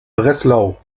breslau